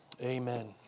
amen